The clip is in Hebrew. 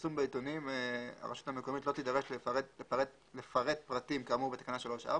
"בפרסום בעיתונים הרשות המקומית לא תידרש לפרט פרטים כאמור בתקנה 3(4),